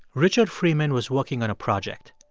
richard freeman was working on a project.